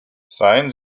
seien